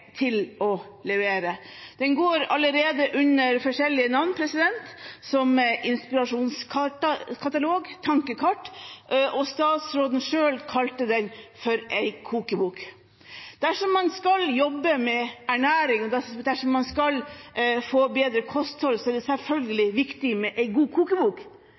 til å levere. Den går allerede under forskjellige navn, som inspirasjonskatalog og tankekart, og statsråden selv kalte den en kokebok. Dersom man skal jobbe med ernæring, og dersom man skal få bedre kosthold, er det selvfølgelig viktig med en god kokebok.